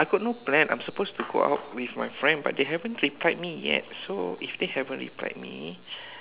I got no plan I'm supposed to go out with my friend but they haven't replied me yet so if they haven't replied me